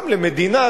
גם למדינה,